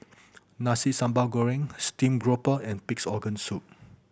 Nasi Sambal Goreng steamed grouper and Pig's Organ Soup